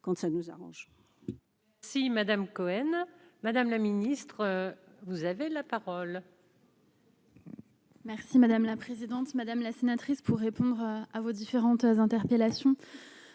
quand ça nous arrange.